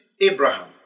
Abraham